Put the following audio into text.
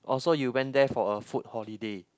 oh so you went there for a food holiday